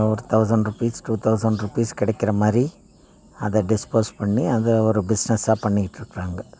ஒரு thousand rupees two thousand rupees கிடைக்கிற மாதிரி அதை டிஸ்போஸ் பண்ணி அதை ஒரு பிஸ்னஸ்ஸாக பண்ணிக்கிட்டிருக்குறாங்க